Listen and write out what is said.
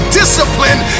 discipline